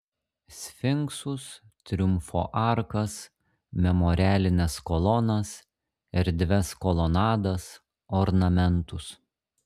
sfinksus triumfo arkas memorialines kolonas erdvias kolonadas ornamentus